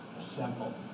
simple